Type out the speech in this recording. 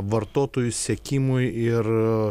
vartotojų sekimui ir